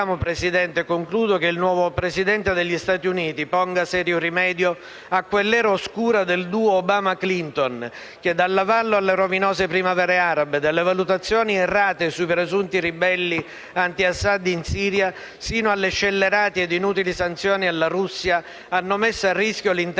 Presidente - e concludo - che il nuovo Presidente degli Stati Uniti ponga serio rimedio a quell'era oscura del duo Obama-Clinton, che dall'avallo alle rovinose primavere arabe alle valutazioni errate sui presunti ribelli anti Assad in Siria, sino alle scellerate e inutili sanzioni alla Russia, hanno messo a rischio l'intero